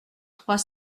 trois